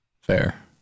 Fair